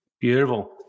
Beautiful